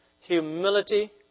Humility